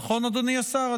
נכון, אדוני השר?